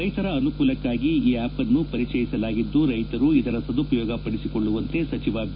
ರೈತರ ಅನುಕೂಲಕ್ಕಾಗಿ ಈ ಅಪ್ ಅನ್ನು ಪರಿಚಯಿಸಲಾಗಿದ್ದು ರೈತರು ಇದರ ಸದುಪಯೋಗ ಪಡಿಸಿಕೊಳ್ಳುವಂತೆ ಸಚಿವ ಬಿ